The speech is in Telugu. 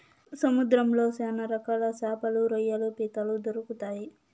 సముద్రంలో శ్యాన రకాల శాపలు, రొయ్యలు, పీతలు దొరుకుతాయి